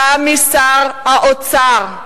גם משר האוצר.